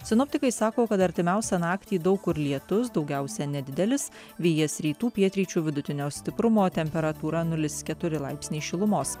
sinoptikai sako kad artimiausią naktį daug kur lietus daugiausiai nedidelis vėjas rytų pietryčių vidutinio stiprumo temperatūra nulis keturi laipsniai šilumos